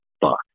fuck